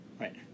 Right